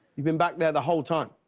you been back there the whole time?